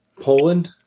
Poland